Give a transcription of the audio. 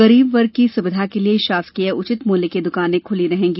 गरीब वर्ग की सुविधा के लिए शासकीय उचित मूल्य की दुकानें खुली रहेंगी